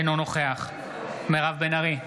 אינו נוכח מירב בן ארי,